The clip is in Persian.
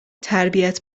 تربیت